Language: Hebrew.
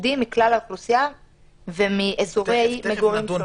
עובדים מכלל האוכלוסייה ומאזורי מגורים שונים.